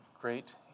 great